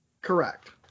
Correct